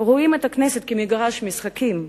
רואים את הכנסת כמגרש משחקים,